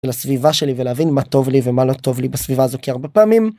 לסביבה שלי ולהבין מה טוב לי ומה לא טוב לי בסביבה הזו כי הרבה פעמים.